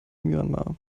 myanmar